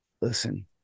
listen